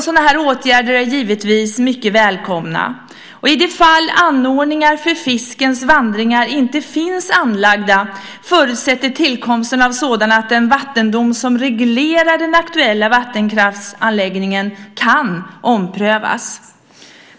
Sådana åtgärder är givetvis mycket välkomna. I de fall anordningar för fiskens vandringar inte finns anlagda förutsätter tillkomsten av sådana att den vattendom som reglerar den aktuella vattenkraftsanläggningen kan omprövas.